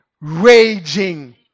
raging